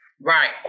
Right